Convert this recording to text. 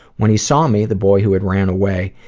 when he saw me, the boy who had ran away,